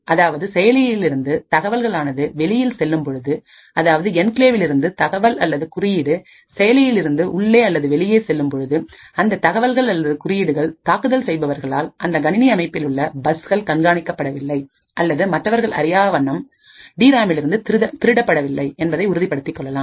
அதாவது செயலிலிருந்து தகவல்கள் ஆனது வெளியில் செல்லும் பொழுது அதாவது என்கிளேவிலிருந்து தகவல் அல்லது குறியீடு செயலிலிருந்து உள்ளே அல்லது வெளியே செல்லும்பொழுது அந்த தகவல்கள் அல்லது குறியீடுகள் தாக்குதல் செய்பவர்களால் அந்த கணினி அமைப்பில் உள்ள பஸ்கள் கண்காணிக்கப்படவில்லை அல்லது மற்றவர்கள் அறியாத வண்ணம் டி ராமிலிருந்து திருடவில்லை என்பதனை உறுதிப்படுத்திக் கொள்ளலாம்